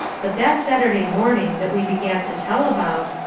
but that saturday morning that we began to tell about,